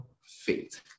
faith